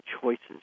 choices